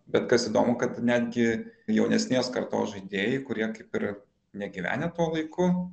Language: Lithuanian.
bet kas įdomu kad netgi jaunesnės kartos žaidėjai kurie kaip ir negyvenę tuo laiku